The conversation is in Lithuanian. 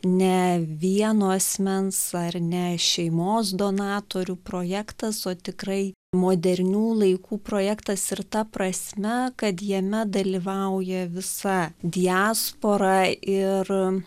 ne vieno asmens ar ne šeimos donatorių projektas o tikrai modernių laikų projektas ir ta prasme kad jame dalyvauja visa diaspora ir